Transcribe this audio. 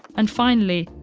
and finally,